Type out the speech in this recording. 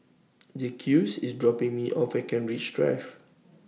Jacques IS dropping Me off At Kent Ridge Drive